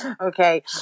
okay